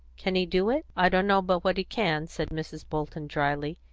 can he do it? i d'know but what he can, said mrs. bolton, dryly,